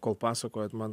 kol pasakojot man